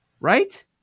right